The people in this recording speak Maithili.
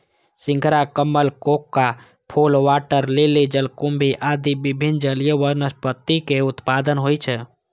सिंघाड़ा, कमल, कोका फूल, वाटर लिली, जलकुंभी आदि विभिन्न जलीय वनस्पतिक उत्पादन होइ छै